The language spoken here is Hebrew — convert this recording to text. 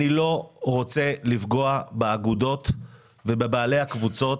אני לא רוצה לפגוע באגודות ובבעלי הקבוצות